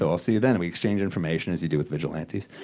so i'll see you then, and we exchange information as you do with vigilantes,